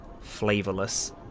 Flavorless